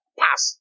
pass